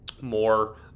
more